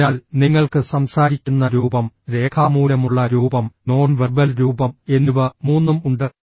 അതിനാൽ നിങ്ങൾക്ക് സംസാരിക്കുന്ന രൂപം രേഖാമൂലമുള്ള രൂപം നോൺ വെർബൽ രൂപം എന്നിവ മൂന്നും ഉണ്ട്